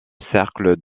cercle